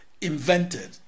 invented